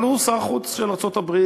אבל הוא שר החוץ של ארצות-הברית,